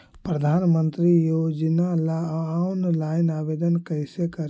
प्रधानमंत्री योजना ला ऑनलाइन आवेदन कैसे करे?